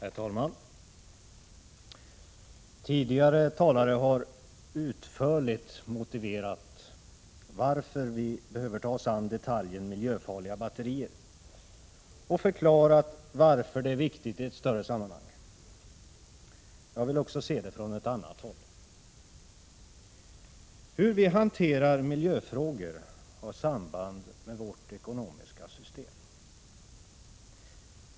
Herr talman! Tidigare talare har utförligt förklarat varför vi behöver ta oss an detaljen miljöfarliga batterier och varför det är viktigt i ett större sammanhang. Jag vill se problemet från ett annat håll. Hur vi hanterar miljöfrågor har samband med vårt ekonomiska system.